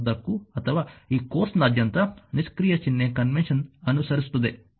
ಪಠ್ಯದುದ್ದಕ್ಕೂ ಅಥವಾ ಈ ಕೋರ್ಸ್ನಾದ್ಯಂತ ನಿಷ್ಕ್ರಿಯ ಚಿಹ್ನೆ ಕನ್ವೆನ್ಷನ್ ಅನುಸರಿಸುತ್ತದೆ